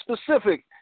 specific